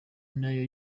nayo